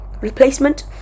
replacement